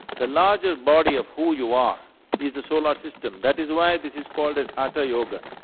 the larger body of who you are is the solar system, that is why this is called as hatha yoga.